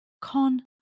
Con